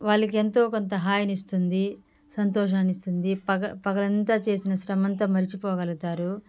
వాళ్ళకి ఎంతోకొంత హాయిని ఇస్తుంది సంతోషాన్ని ఇస్తుంది పగ పగలంతా చేసిన శ్రమంతా మరచిపోగలుగుతారు